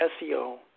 SEO